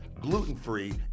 gluten-free